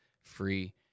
free